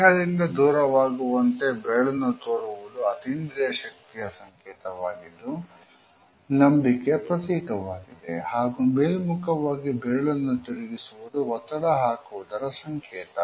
ದೇಹದಿಂದ ದೂರವಾಗುವಂತೆ ಬೆರಳನ್ನು ತೋರುವುದು ಅತೀಂದ್ರಿಯ ಶಕ್ತಿಯ ಸಂಕೇತವಾಗಿದ್ದು ನಂಬಿಕೆ ಪ್ರತೀಕವಾಗಿದೆ ಹಾಗೂ ಮೇಲ್ಮುಖವಾಗಿ ಬೆರಳನ್ನು ತಿರುಗಿಸುವುದು ಒತ್ತಡ ಹಾಕುವುದರ ಸಂಕೇತ